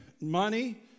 money